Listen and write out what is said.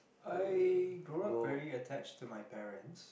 I grow up very attached to my parents